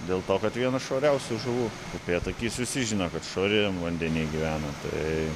dėl to kad viena švariausių žuvų upėtakis visi žino kad švariam vandeny gyvena tai